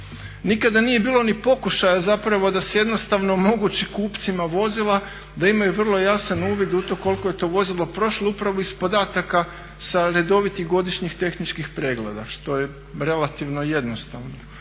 Nikada nije bilo ni pokušaja zapravo da se jednostavno omogući kupcima vozila da imaju vrlo jasan uvid u to koliko je to vozilo prošlo upravo iz podataka sa redovitih godišnjih tehničkih pregleda što je relativno jednostavno,